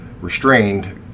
Restrained